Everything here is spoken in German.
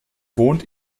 wohnt